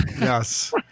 Yes